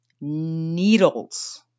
needles